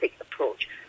approach